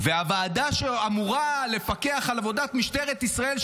והוועדה שאמורה לפקח על עבודת משטרת ישראל,